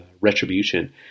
retribution